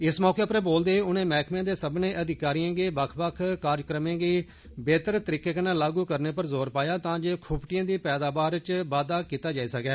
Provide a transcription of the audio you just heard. इस मौके पर बोलदे होई उनें मैहकमे दे सब्बनें अधिकारियें गी बक्ख बक्ख कार्यक्रमें गी बेहतर तरीकें कन्नै लागू करने पर जोर पाया तां जे खुपिटयें दी पैदावार च बढ़ौतरी होई सकै